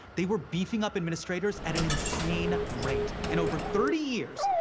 they were beefing up administrators at an insane rate. in over thirty years,